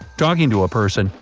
talking to a person,